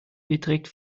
beträgt